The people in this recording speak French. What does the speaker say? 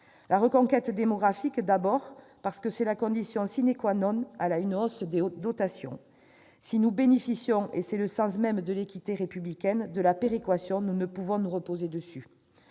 La reconquête démographique d'abord, parce qu'elle est la condition d'une hausse des dotations. Si nous bénéficions- c'est le sens même de l'équité républicaine -de la péréquation, nous ne pouvons nous reposer sur